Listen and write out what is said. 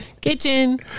Kitchen